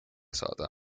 saada